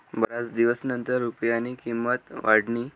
बराच दिवसनंतर रुपयानी किंमत वाढनी